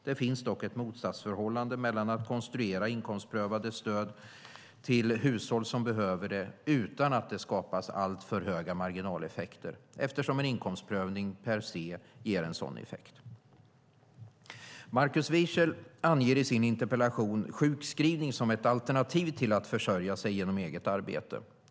Det finns dock ett motsatsförhållande när det gäller att konstruera inkomstprövade stöd till hushåll som behöver det utan att det skapar alltför höga marginaleffekter, eftersom en inkomstprövning per se ger en sådan effekt. Markus Wiechel anger i sin interpellation sjukskrivning som ett alternativ till att försörja sig genom eget arbete.